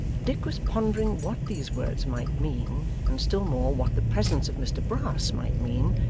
dick was pondering what these words might mean, and still more what the presence of mr brass might mean,